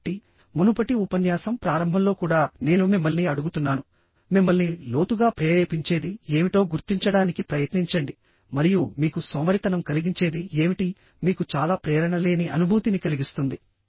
కాబట్టి మునుపటి ఉపన్యాసం ప్రారంభంలో కూడా నేను మిమ్మల్ని అడుగుతున్నాను మిమ్మల్ని లోతుగా ప్రేరేపించేది ఏమిటో గుర్తించడానికి ప్రయత్నించండి మరియు మీకు సోమరితనం కలిగించేది ఏమిటి మీకు చాలా ప్రేరణ లేని అనుభూతిని కలిగిస్తుంది